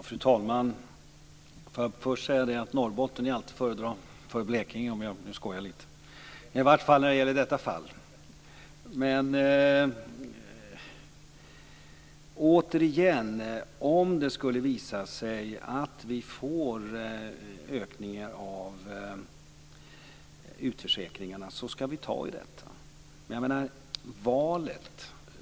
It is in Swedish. Fru talman! Får jag först säga att Norrbotten alltid är att föredra framför Blekinge om jag får skoja lite. Åtminstone i detta fall. Men återigen: Om det skulle visa sig att vi får en ökning av utförsäkringarna så skall vi ta tag i detta.